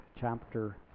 chapter